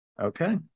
Okay